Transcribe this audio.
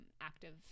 active